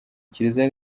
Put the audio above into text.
kiliziya